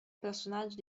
personaggio